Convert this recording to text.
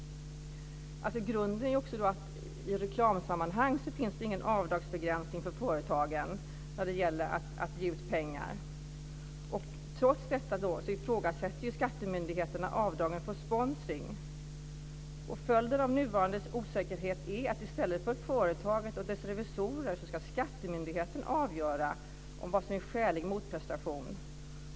I reklamsammanhang finns det ingen avdragsbegränsning för företagen när det gäller att ge ut pengar. Trots detta ifrågasätter skattemyndigheterna avdraget för sponsring. Följden av nuvarande osäkerhet är att det i stället för företaget och dess revisorer är skattemyndigheten som ska avgöra vad som är skälig motprestation.